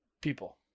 people